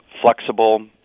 flexible